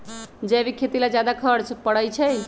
जैविक खेती ला ज्यादा खर्च पड़छई?